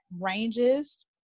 ranges